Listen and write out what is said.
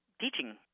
teaching